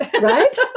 right